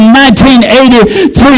1983